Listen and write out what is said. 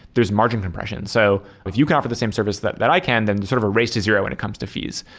there's margin compression. so if you count for the same service that that i can, then sort of a raise zero when it comes to fees.